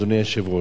אדוני היושב-ראש,